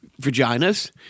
vaginas